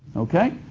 okay?